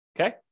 okay